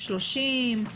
30,